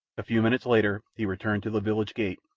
a few minutes later he returned to the village gate,